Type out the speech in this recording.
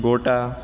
ગોટા